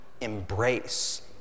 embrace